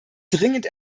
dringend